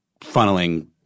funneling